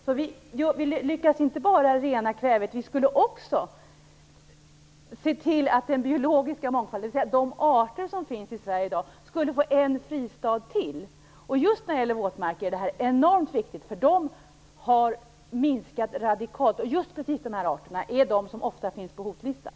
Vi skulle inte bara lyckas rena kvävet, vi skulle också se till att den biologiska mångfalden, de arter som finns i Sverige i dag, skulle få en fristad till. Just när det gäller våtmarker är det här enormt viktigt, för de har minskat radikalt, och precis de här arterna är de som ofta finns på hotlistan.